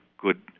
good